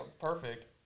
perfect